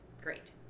Great